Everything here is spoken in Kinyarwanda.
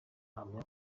ahamya